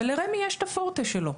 ולרמ"י יש את הפורטה שלו.